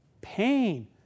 Pain